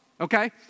okay